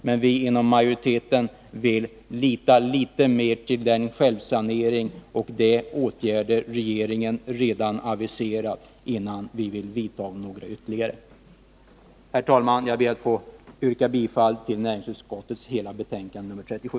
Men vi inom majoriteten vill lita litet mer till självsaneringen och de åtgärder som regeringen redan har aviserat, innan vi vidtar ytterligare åtgärder. Herr talman! Jag ber att få yrka bifall till hemställan i näringsutskottets betänkande 39.